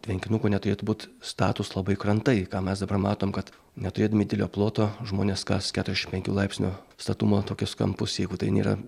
tvenkinuko neturėtų būt statūs labai krantai ką mes dabar matom kad neturėdami didelio ploto žmonės kas keturiasdešim penkių laipsnių statumo tokius kampus jeigu tai nėra